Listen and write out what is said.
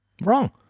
Wrong